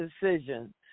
decision